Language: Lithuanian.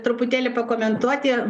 truputėlį pakomentuoti